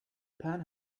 pan